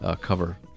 Cover